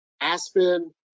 Aspen